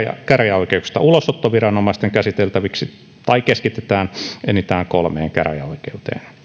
käräjäoikeuksista ulosottoviranomaisten käsiteltäviksi tai keskitetään enintään kolmeen käräjäoikeuteen